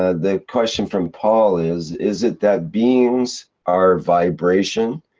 ah the question from paul is, is it that beings are vibration?